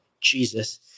Jesus